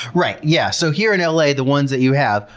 right. yeah. so here in la, the ones that you have,